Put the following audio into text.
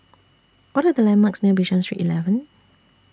What Are The landmarks near Bishan Street eleven